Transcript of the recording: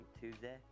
Tuesday